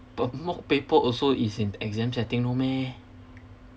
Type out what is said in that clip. but mock paper also is in exam setting no meh